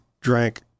drank